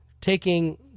taking